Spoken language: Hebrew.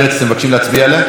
אתם מבקשים להצביע עליה?